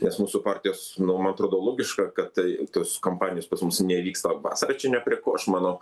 nes mūsų partijos nu man atrodo logiška kad tai tos kompanijos pas mus nevyksta vasara čia ne prie ko aš manau